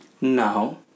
Now